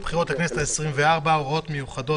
הצעת חוק הבחירות לכנסת העשרים-וארבע (הוראות מיוחדות),